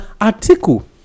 article